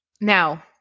Now